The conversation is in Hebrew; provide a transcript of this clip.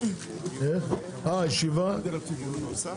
הישיבה נעולה.